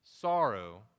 sorrow